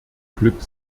glück